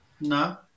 No